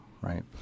right